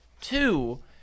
Two